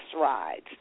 rides